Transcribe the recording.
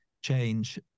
change